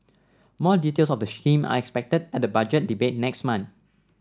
more details of the scheme are expected at the Budget Debate next month